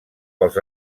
pels